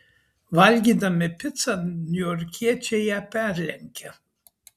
valgydami picą niujorkiečiai ją perlenkia